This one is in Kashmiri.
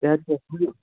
صحت چھا ٹھیٖک